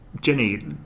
Jenny